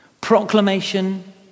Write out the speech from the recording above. Proclamation